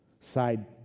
Side